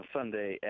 Sunday